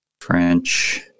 french